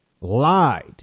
lied